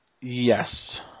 Yes